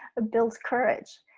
ah builds courage.